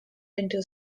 into